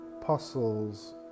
apostles